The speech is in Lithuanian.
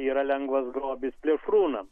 yra lengvas grobis plėšrūnams